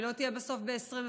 והיא לא תהיה בסוף ב-2022.